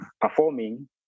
performing